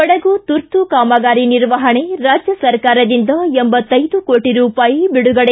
ಕೊಡಗು ತುರ್ತು ಕಾಮಗಾರಿ ನಿರ್ವಹಣೆ ರಾಜ್ಯ ಸರಕಾರದಿಂದ ಕೋಟಿ ರೂಪಾಯಿ ಬಿಡುಗಡೆ